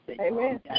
Amen